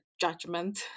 judgment